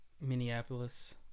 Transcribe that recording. Minneapolis